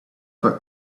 felt